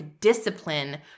discipline